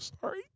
sorry